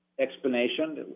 explanation